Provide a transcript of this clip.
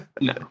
No